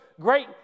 great